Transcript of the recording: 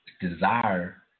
desire